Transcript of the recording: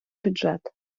бюджет